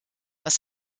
was